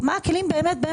זה